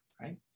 right